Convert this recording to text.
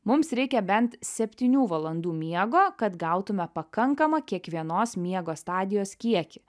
mums reikia bent septynių valandų miego kad gautume pakankamą kiekvienos miego stadijos kiekį